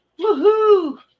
Woohoo